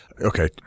Okay